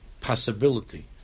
possibility